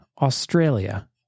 Australia